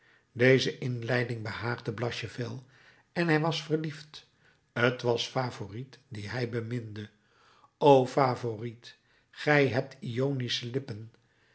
deze inleiding behaagde blachevelle en hij was verliefd t was favourite die hij beminde o favourite gij hebt ionische lippen